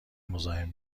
مزاحم